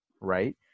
Right